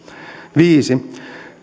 viisi